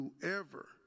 whoever